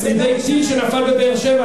לשרידי טיל שנפל בבאר-שבע.